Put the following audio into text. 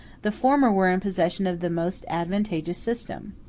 the former were in possession of the most advantageous system.